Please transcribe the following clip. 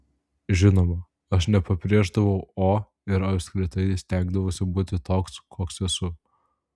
žinoma aš nepabrėždavau o ir apskritai stengdavausi būti toks koks esu